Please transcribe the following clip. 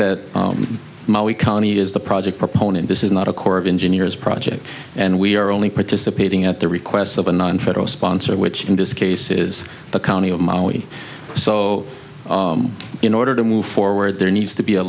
county is the project proponent this is not a corps of engineers project and we're only participating at the request of a non federal sponsor which in this case is the county of maui so in order to move forward there needs to be a